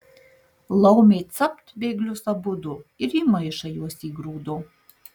laumė capt bėglius abudu ir į maišą juos įgrūdo